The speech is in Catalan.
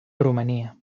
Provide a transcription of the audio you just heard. romania